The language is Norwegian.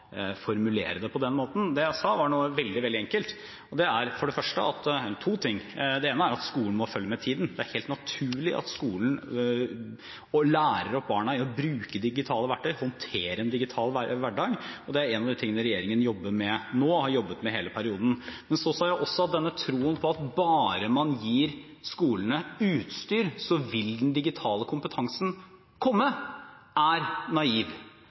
formulere det på den måten. Det jeg sa, var noe veldig, veldig enkelt. Det gjelder to ting. For det første må skolen følge med i tiden, det er helt naturlig at skolen lærer opp barna i å bruke digitale verktøy og håndtere en digital hverdag. Det er en av de tingene regjeringen jobber med, og har jobbet med hele perioden. Så sa jeg også at denne troen på at bare man gir skolene utstyr, vil den digitale kompetansen komme, er naiv.